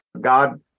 God